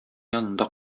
янында